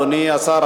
אדוני השר,